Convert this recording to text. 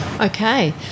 Okay